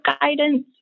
guidance